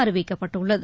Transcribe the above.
அறிவிக்கப்பட்டுள்ளது